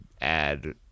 add